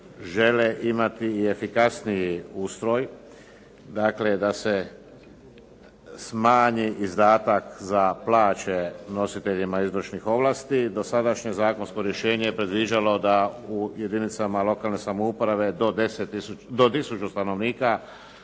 žele imati i efikasniji ustroj, dakle da se smanji izdatak za plaće nositeljima izvršnih ovlasti. Dosadašnje zakonsko rješenje je predviđalo da u jedinicama lokalne samouprave do tisuću stanovnika,